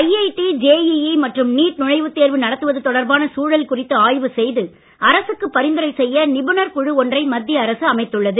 IIT JEE மற்றும் NEET நுழைவுத் தேர்வு நடத்துவது தொடர்பான சூழல் குறித்து ஆய்வு செய்து அரசுக்கு பரிந்துரை செய்ய நிபுணர் குழு ஒன்றை மத்திய அரசு அமைத்துள்ளது